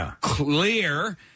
clear